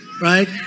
right